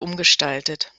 umgestaltet